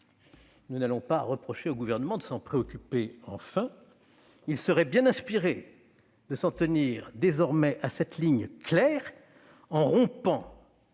Nous n'allons pas reprocher au Gouvernement de s'en préoccuper enfin ; il serait même bien inspiré de s'en tenir désormais à cette ligne claire, en rompant